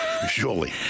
Surely